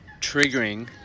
triggering